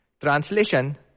Translation